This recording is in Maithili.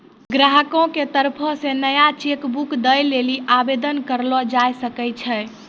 ग्राहको के तरफो से नया चेक बुक दै लेली आवेदन करलो जाय सकै छै